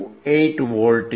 28V છે